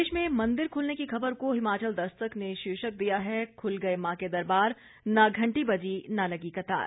प्रदेश में मंदिर खुलने की खबर को हिमाचल दस्तक ने शीर्षक दिया है खुल गए मां के दरबार न घंटी बजी न लगी कतार